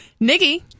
Niggy